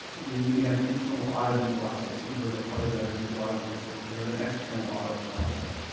we we have an internal auditing process. you heard a part of that in his audit report. we have an external audit process.